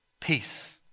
peace